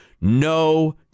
no